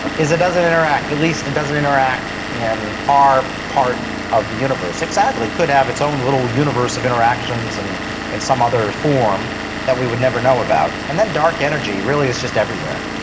is it doesn't interact, at least it doesn't interact in our part of the universe. it's sadly could have its own little universe of interactions and in some other form that we would never know about. and then dark energy really is just everywhere.